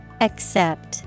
Accept